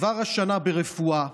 כבר השנה ברפואה,